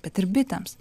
bet ir bitėms